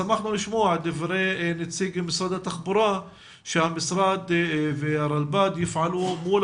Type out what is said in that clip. שמחנו לשמוע את דברי נציג משרד התחבורה שהמשרד והרלב"ד יפעלו מול